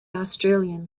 australian